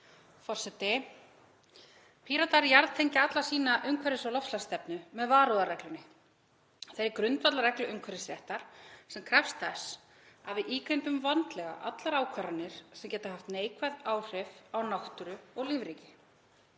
Forseti. Píratar jarðtengja alla sína umhverfis- og loftslagsstefnu með varúðarreglunni, þeirri grundvallarreglu umhverfisréttar sem krefst þess að við ígrundum vandlega allar ákvarðanir sem geta haft neikvæð áhrif á náttúru og lífríki.